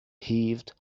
heaved